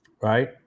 right